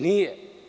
Nije.